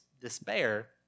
despair